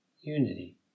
unity